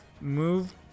move